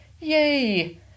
Yay